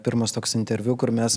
pirmas toks interviu kur mes